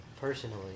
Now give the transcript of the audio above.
personally